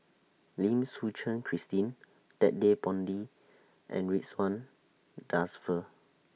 Lim Suchen Christine Ted De Ponti and Ridzwan Dzafir